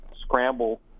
scramble